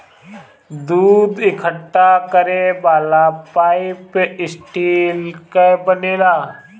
दूध इकट्ठा करे वाला पाइप स्टील कअ बनेला